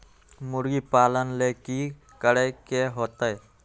मुर्गी पालन ले कि करे के होतै?